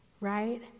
right